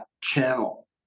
channel